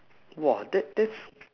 !wah! that that's